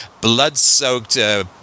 blood-soaked